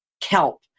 Kelp